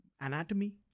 anatomy